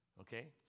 Okay